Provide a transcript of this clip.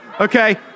okay